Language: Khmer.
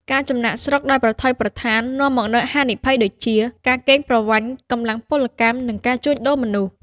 ការចំណាកស្រុកដោយប្រថុយប្រថាននាំមកនូវហានិភ័យដូចជា ការកេងប្រវ័ញ្ចកម្លាំងពលកម្ម និងការជួញដូរមនុស្ស។